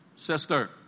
Sister